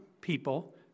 people